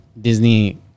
Disney